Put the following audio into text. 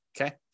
Okay